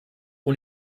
und